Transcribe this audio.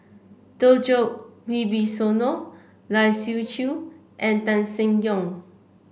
Djoko Wibisono Lai Siu Chiu and Tan Seng Yong